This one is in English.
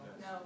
No